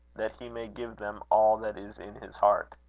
that he may give them all that is in his heart.